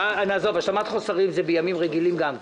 השלמת חוסרים זה בימים רגילים גם כן,